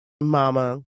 Mama